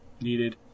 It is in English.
needed